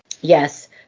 Yes